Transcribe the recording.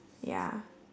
ya